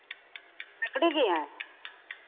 लकड़ी की है